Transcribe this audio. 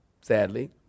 Sadly